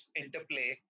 interplay